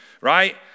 right